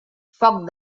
foc